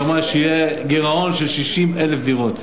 אמר שיהיה גירעון של 60,000 דירות.